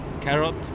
carrot